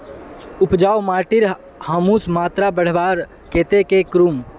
उपजाऊ माटिर ह्यूमस मात्रा बढ़वार केते की करूम?